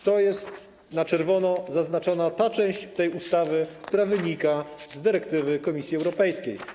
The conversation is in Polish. To jest na czerwono zaznaczona ta cześć tej ustawy, która wynika z dyrektywy Komisji Europejskiej.